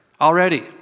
already